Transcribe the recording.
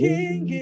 King